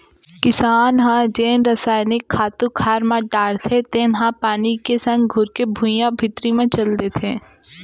किसान ह जेन रसायनिक खातू खार म डारथे तेन ह पानी के संग घुरके भुइयां भीतरी म चल देथे